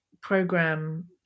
program